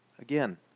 Again